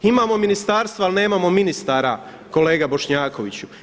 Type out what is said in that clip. Imamo ministarstva ali nemamo ministara, kolega Bošnjakoviću.